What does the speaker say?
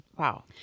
Wow